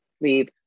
leave